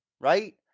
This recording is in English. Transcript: right